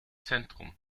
zentrum